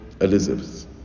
Elizabeth